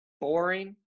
boring